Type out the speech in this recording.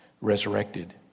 Resurrected